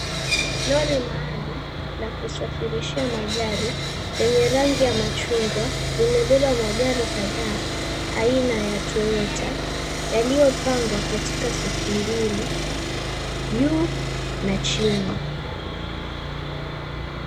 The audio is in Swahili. Lori maalumu ya kusafirishia magari, lenye rangi ya machungwa limebeba magari kadhaa, aina ya toyota yaliopangwa katika safu mbili, juu na chini.